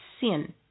sin